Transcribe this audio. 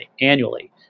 annually